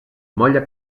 molla